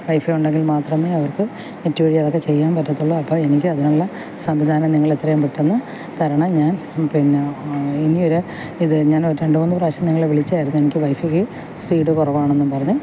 wifi ഉണ്ടെങ്കിൽ മാത്രമേ അവർക്ക് നെറ്റ് വഴി അതൊക്കെ ചെയ്യാൻ പറ്റത്തുള്ളൂ അപ്പോൾ എനിക്ക് അതിനുള്ള സംവിധാനം നിങ്ങൾ എത്രയും പെട്ടെന്ന് തരണം ഞാൻ പിന്നെ ഇനി ഒരു ഇത് ഞാൻ ഒരു രണ്ടു മൂന്നു പ്രാവശ്യം നിങ്ങളെ വിളിച്ചായിരുന്നു എനിക്ക് വൈഫൈക്ക് സ്പീഡ് കുറവാണെന്നും പറഞ്ഞ്